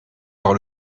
par